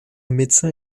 médecins